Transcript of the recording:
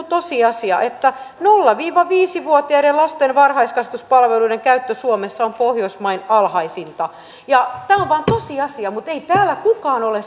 tosiasia että nolla viiva viisi vuotiaiden lasten varhaiskasvatuspalveluiden käyttö suomessa on pohjoismaiden alhaisinta ja tämä on vain tosiasia mutta ei täällä kukaan ole